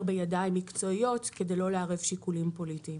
בידיים מקצועיות כדי לא לערב שיקולים פוליטיים.